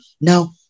Now